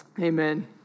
Amen